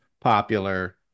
popular